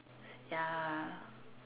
ya